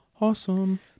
awesome